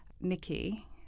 Nikki